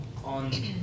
on